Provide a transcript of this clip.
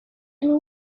and